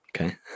Okay